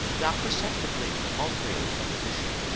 without perceptibly altering in composition.